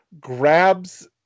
grabs